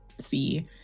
see